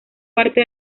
parte